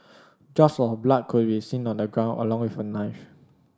drops of blood could be seen on the ground along with a knife